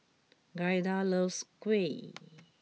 Giada loves Kuih